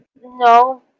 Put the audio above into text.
No